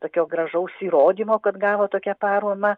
tokio gražaus įrodymo kad gavo tokią paramą